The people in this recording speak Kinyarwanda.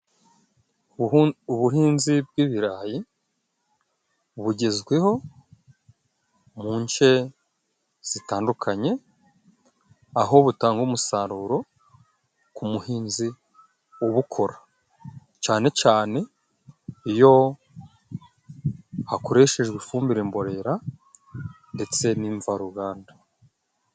Ubuhinzi bw'ibirayi bugezweho mu nce zitandukanye, aho butanga umusaruro ku muhinzi ubukora cane cane iyo hakoreshejwe ifumbire mbonerera ndetse n'imvaruganda.